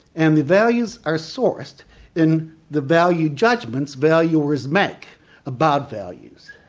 and the values are sourced in the value judgments valuers make about values.